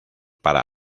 para